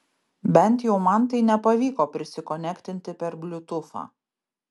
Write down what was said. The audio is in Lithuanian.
bent jau man tai nepavyko prisikonektinti per bliutūfą